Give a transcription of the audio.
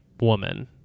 woman